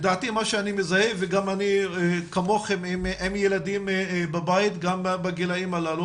לדעתי מה שאני מזהה וגם אני כמוכם עם ילדים בבית גם בגילאים הללו,